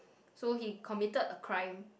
so he committed a crime